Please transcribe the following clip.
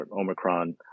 Omicron